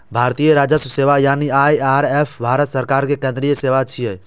भारतीय राजस्व सेवा यानी आई.आर.एस भारत सरकार के केंद्रीय सेवा छियै